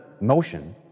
motion